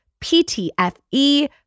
PTFE